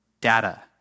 data